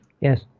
Yes